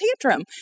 tantrum